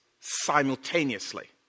simultaneously